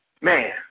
Man